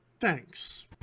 Thanks